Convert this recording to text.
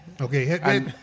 Okay